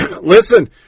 Listen